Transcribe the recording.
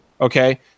Okay